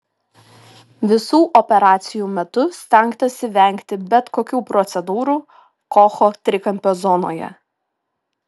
visų operacijų metu stengtasi vengti bet kokių procedūrų kocho trikampio zonoje